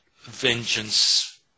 vengeance